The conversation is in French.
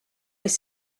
les